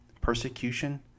persecution